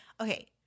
okay